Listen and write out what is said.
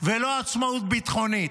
ולא עצמאות ביטחונית.